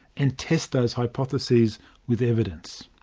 and test those hypotheses with evidence.